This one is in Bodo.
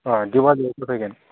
दिवालियाव होफैगोन